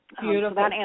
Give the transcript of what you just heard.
Beautiful